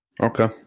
Okay